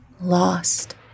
Lost